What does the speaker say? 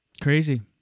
Crazy